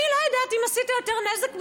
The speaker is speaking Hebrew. אני לא יודעת אם עשית יותר נזק מתועלת.